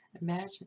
Imagine